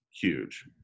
huge